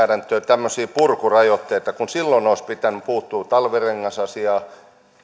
tähän kabotaasisäädäntöön tämmöisiä purkurajoitteita kun silloin olisi pitänyt puuttua talvirengasasiaan